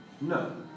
No